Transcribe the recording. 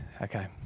Okay